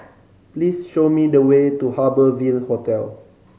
please show me the way to Harbour Ville Hotel